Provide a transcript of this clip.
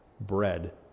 bread